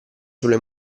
sulle